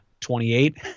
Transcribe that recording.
28